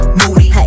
moody